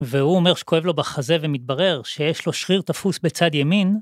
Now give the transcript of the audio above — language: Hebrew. והוא אומר שכואב לו בחזה, ומתברר שיש לו שריר תפוס בצד ימין.